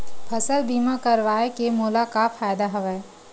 फसल बीमा करवाय के मोला का फ़ायदा हवय?